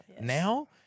Now